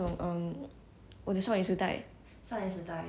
那些年我们追过的女孩